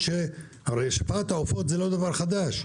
הרי שפעת העופות זה לא דבר חדש.